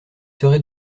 serez